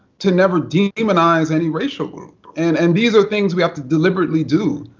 to never demonize any racial group. and and these are things we have to deliberately do,